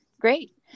Great